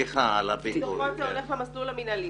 כי דוחות זה הולך למסלול המינהלי.